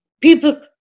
People